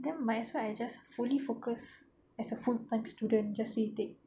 then might as well I just fully focus as a full-time student just retake